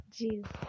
Jeez